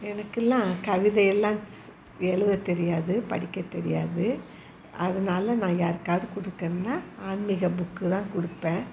எனக்கு எல்லாம் கவிதையெல்லாம் ஸ் எழுத தெரியாது படிக்க தெரியாது அதனால நான் யாருக்காது கொடுக்கணுன்னா ஆன்மீக புக்கு தான் கொடுப்பேன்